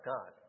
God